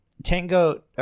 Tango